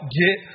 get